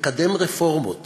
לקדם רפורמות